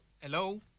Hello